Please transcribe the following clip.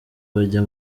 bajya